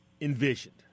envisioned